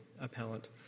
appellant